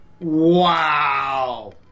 Wow